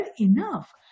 enough